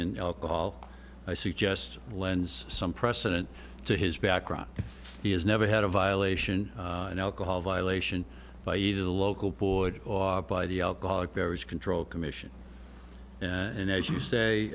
in i suggest lends some precedent to his background he has never had a violation and alcohol violation by either the local board or by the alcoholic beverage control commission and as you say